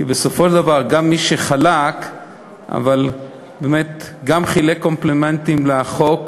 כי בסופו של דבר גם מי שחלק אבל באמת גם חלק קומפלימנטים לחוק,